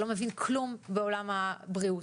שלא מבין כלום בעולם הבריאות.